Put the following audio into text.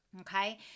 okay